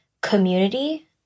community